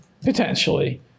Potentially